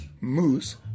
Moose